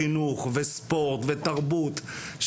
חינוך וספורט ותרבות,